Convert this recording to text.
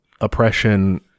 oppression